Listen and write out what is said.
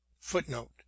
footnote